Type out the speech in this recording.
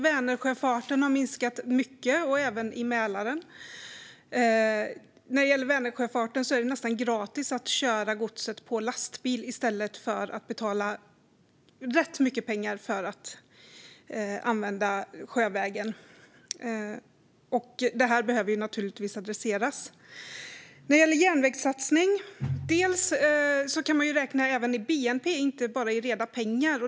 Vänersjöfarten har minskat mycket. Det gäller även sjöfarten i Mälaren. Beträffande Vänersjöfarten är det nästan gratis att köra godset på lastbil i stället för att betala ganska mycket pengar för att använda sjövägen. Det behöver naturligtvis adresseras. När det gäller järnvägssatsningen kan man räkna även i bnp och inte bara reda pengar.